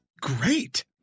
great